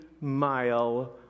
mile